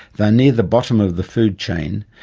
they are near the bottom of the food chain,